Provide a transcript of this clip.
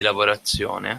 lavorazione